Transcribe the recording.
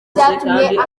byatumye